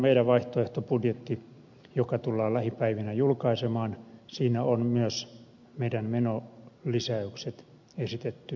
meidän vaihtoehtobudjetissamme joka tullaan lähipäivinä julkaisemaan on myös menonlisäykset esitetty katettavaksi